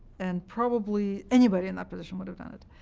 and probably anybody in that position would have done it.